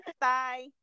Bye